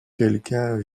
quelqu’un